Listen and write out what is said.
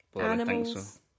animals